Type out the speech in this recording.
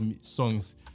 songs